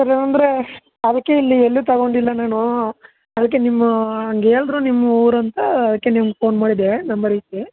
sir ಅಂದರೆ ಅದಕ್ಕೆ ಇಲ್ಲಿ ಎಲ್ಲೂ ತಗೊಂಡಿಲ್ಲ ನಾನು ಅದಕ್ಕೆ ನಿಮ್ಮ ಹಾಗೇಳ್ದ್ರು ನಿಮ್ಮ ಊರಂತ ಅದಕ್ಕೆ ನಿಮ್ಮ ಫೋನ್ ಮಾಡಿದೆ ನಂಬರಿಗೆ